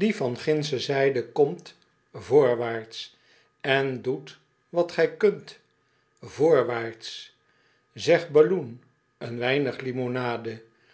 die van gindsche zijde komt voorwaarts en doet wat gij kunt voorwaarts zegt bal loon een weinig